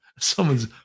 Someone's